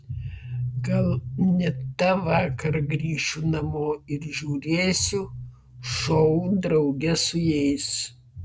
gal net tą vakarą grįšiu namo ir žiūrėsiu šou drauge su jais